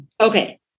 Okay